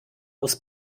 aus